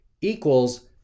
equals